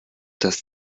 dass